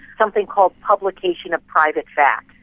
something called publication of private facts.